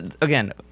again